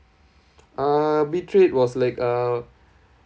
uh betrayed was like uh